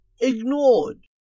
ignored